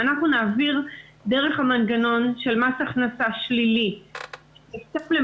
אם אנחנו נעביר דרך המנגנון של מס הכנסה שלילי --- למעשה